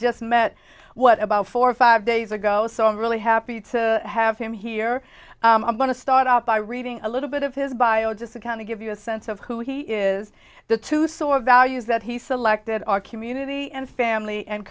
just met what about four or five days ago so i'm really happy to have him here i'm going to start off by reading a little bit of his bio just a kind of give you a sense of who he is the two sort of values that he selected are community and family and